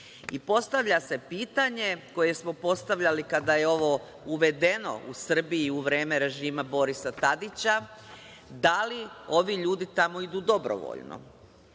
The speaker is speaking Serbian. Republici. Postavlja se pitanje, koje smo postavljali kada je ovo uvedeno u Srbiji, u vreme režima Borisa Tadića, da li ovi ljudi tamo idu dobrovoljno?